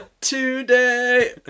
Today